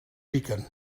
piquen